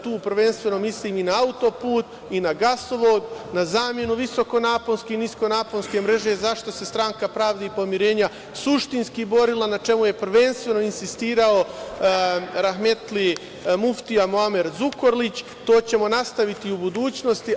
Tu prvenstveno mislim i na autoput, na gasovod, na zamenu visokonaponske i niskonaponske mreže, za šta Stranka pravde i pomirenja suštinski borila, na čemu je prvenstveno insistirao rahmetli muftija Muamer Zukorlić, to ćemo nastavi i u budućnosti.